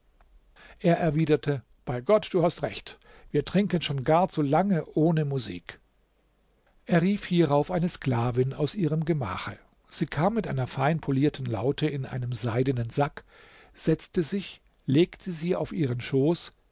er erwiderte bei gott du hast recht wir trinken schon gar zu lange ohne musik er rief hierauf eine sklavin aus ihrem gemache sie kam mit einer fein polierten laute in einem seidenen sack setzte sich legte sie auf ihren schoß